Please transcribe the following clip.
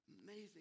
amazing